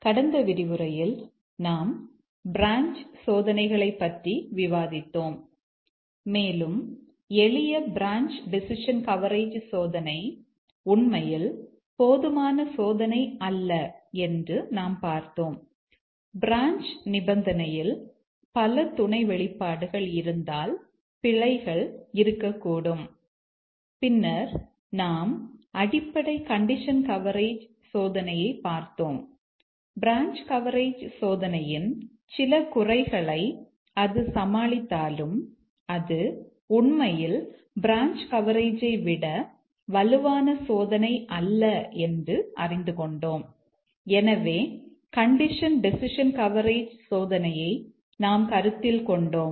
கடந்த விரிவுரையில் நாம் பிரான்ச் சோதனையை நாம் கருத்தில் கொண்டோம்